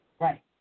Right